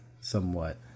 somewhat